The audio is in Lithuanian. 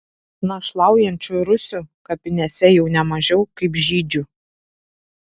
našlaujančių rusių kapinėse jau ne mažiau kaip žydžių